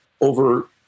over